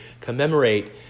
commemorate